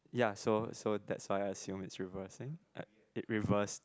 ya so so that's why I assume it's reversing it reversed